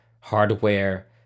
hardware